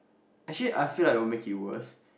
actually I feel like will make it worst